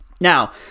Now